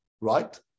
right